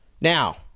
Now